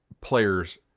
players